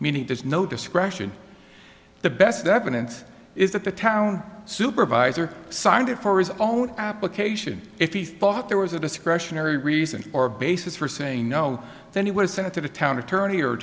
there's no discretion the best evidence is that the town supervisor signed it for his own application if he thought there was a discretionary reason or a basis for saying no then he was sent to the town attorney or